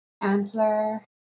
antler